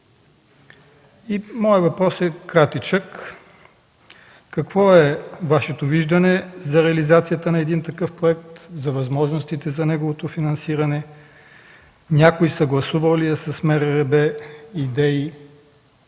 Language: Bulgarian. Моят въпрос е кратичък: какво е Вашето виждане за реализацията на един такъв проект, за възможностите за неговото финансиране? Някои съгласувал ли е с